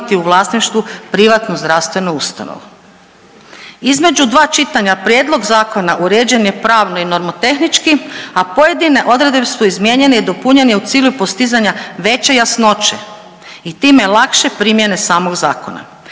u vlasništvu privatnu zdravstvenu ustanovu. Između 2 čitanja, prijedlog zakona uređen je pravno i normotehnički, a pojedine odredbe su izmijenjene i dopunjene u cilju postizanja veće jasnoće i time lakše primjene samog zakona.